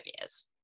years